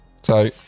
So-